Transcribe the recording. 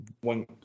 one